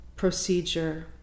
procedure